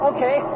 Okay